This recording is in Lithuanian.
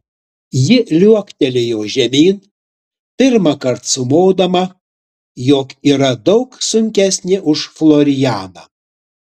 ji liuoktelėjo žemyn pirmąkart sumodama jog yra daug sunkesnė už florianą